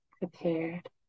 prepared